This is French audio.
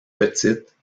petites